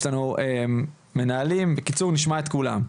יש לנו מנהלים, בקיצור, נשמע את כולם.